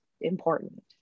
important